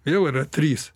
jau yra trys